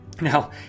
Now